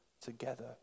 together